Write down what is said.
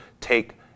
take